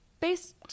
based